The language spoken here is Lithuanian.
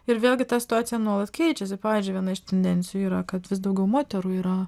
ir vėlgi ta situacija nuolat keičiasi pavyzdžiui viena iš tendencijų yra kad vis daugiau moterų yra